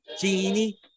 Genie